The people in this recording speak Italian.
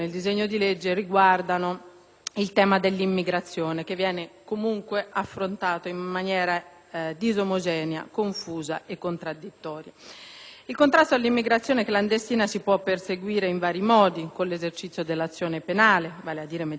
il tema dell'immigrazione, che viene comunque affrontato in maniera disomogenea, confusa e contraddittoria. Il contrasto all'immigrazione clandestina si può perseguire in vari modi: innanzi tutto, con l'esercizio dell'azione penale, vale a dire mediante la previsione di pene gravi